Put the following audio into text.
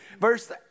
Verse